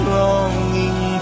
longing